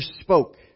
spoke